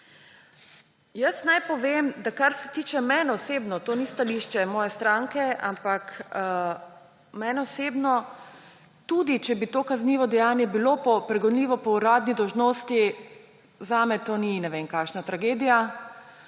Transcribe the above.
Naj povem, da kar se tiče mene osebno, to ni stališče moje stranke, ampak mene osebno, tudi če bi to kaznivo dejanje bilo pregonljivo po uradni dolžnosti, zame to ni ne vem kakšna tragedija.